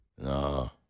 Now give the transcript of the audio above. No